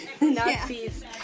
Nazis